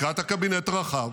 לקראת הקבינט הרחב